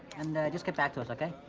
and just get back to us, okay?